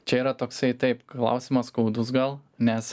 čia yra toksai taip klausimas skaudus gal nes